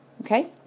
Okay